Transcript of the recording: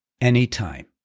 anytime